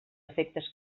efectes